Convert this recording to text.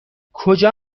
کجا